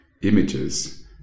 images